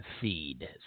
feed